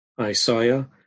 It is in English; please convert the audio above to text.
Isaiah